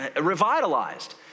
revitalized